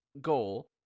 goal